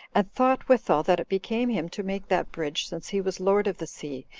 and thought withal that it became him to make that bridge, since he was lord of the sea,